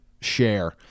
share